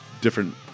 different